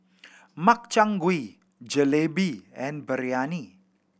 Makchang Gui Jalebi and Biryani